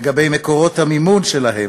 לגבי מקורות המימון שלהם.